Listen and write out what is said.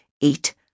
eat